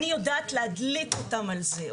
אני יודעת להדליק אותם על זה.